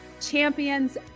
champions